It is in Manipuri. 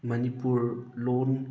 ꯃꯅꯤꯄꯨꯔ ꯂꯣꯟ